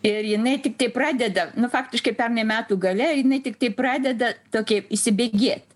ir jinai tiktai pradeda nu faktiškai pernai metų gale jinai tiktai pradeda tokia įsibėgėt